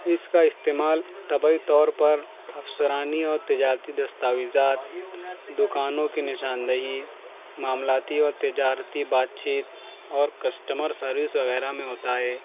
اس کا استعمال طبعی طور پر افسرانی اور تجارتی دستاویزات دکانوں کی نشان دہی معاملاتی اور تجارتی بات چیت اور کسٹمر سروس وغیرہ میں ہوتا ہے